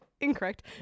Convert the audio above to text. incorrect